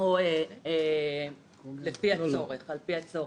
או על-פי הצורך.